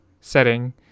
setting